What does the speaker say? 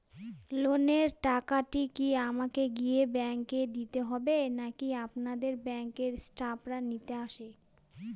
লোনের টাকাটি কি আমাকে গিয়ে ব্যাংক এ দিতে হবে নাকি আপনাদের ব্যাংক এর স্টাফরা নিতে আসে?